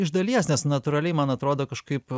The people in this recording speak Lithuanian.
iš dalies nes natūraliai man atrodo kažkaip